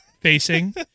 facing